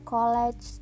college